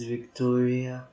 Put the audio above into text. Victoria